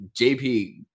jp